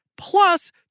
plus